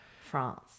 France